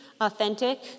authentic